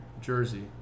jersey